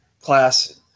class